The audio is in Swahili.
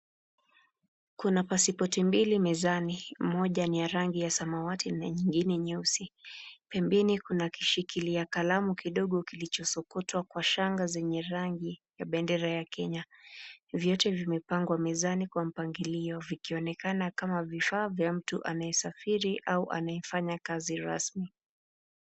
Kuna pasipoti mbili mezani, mmoja ni ya rangi ya samawati na ingine nyeusi. Pembeni kuna kishikilia kalamu kidogo kilichosokotwa kwa shanga zenye rangi ya bendera ya Kenya. Viatu vimepangwa mezani kwa mpangilio. Vikionekana kama vifaa vya mtu anayesafiri au anayefanya kazi rasmi.